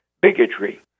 bigotry